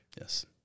Yes